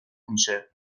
میشه